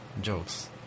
jokes